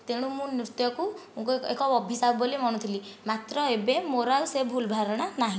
ତେଣୁ ମୁଁ ନୃତ୍ୟକୁ ଏକ ଅଭିଶାପ ବୋଲି ମଣୁଥିଲି ମାତ୍ର ଏବେ ମୋର ଆଉ ସେ ଭୁଲ ଧାରଣା ନାହିଁ